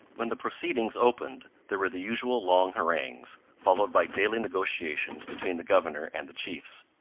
when the proceedings opened there were the usual long harangues, followed by daily negotiations between the governor and the chiefs.